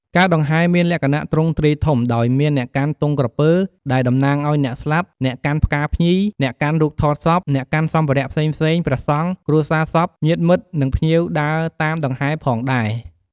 ការដង្ហែរមានលក្ខណៈទ្រង់ទ្រាយធំ ដោយមានអ្នកកាន់ទង់ក្រពើ ដែលតំណាងឲ្យអ្នកស្លាប់ អ្នកកាន់ផ្កាភ្ញី អ្នកកាន់រូបថតសព អ្នកកាន់សម្ភារៈផ្សេងៗ ព្រះសង្ឃ គ្រួសារសព ញាតិមិត្ត និងភ្ញៀវដើរតាមដង្ហែរផងដែរ។